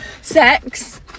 Sex